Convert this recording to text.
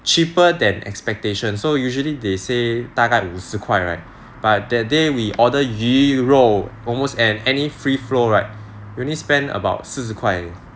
cheaper than expectations so usually they say 大概五十块 right but that day we order 鱼肉 almost and any free flow right we only spend about 四十块